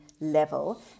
level